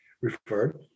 referred